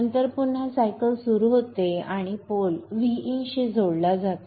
नंतर पुन्हा चक्र सायकल होते पोल V in शी जोडला जातो